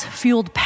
fueled